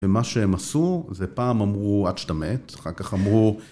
ומה שהם עשו זה פעם אמרו עד שאתה מת, אחר כך אמרו...